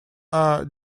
are